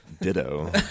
ditto